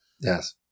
Yes